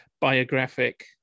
biographic